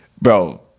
Bro